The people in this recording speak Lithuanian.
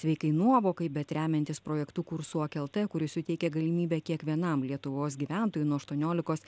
sveikai nuovokai bet remiantis projektu kursuok lt kuris suteikia galimybę kiekvienam lietuvos gyventojui nuo aštuoniolikos